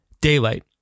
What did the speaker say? Daylight